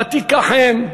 ותיקחם,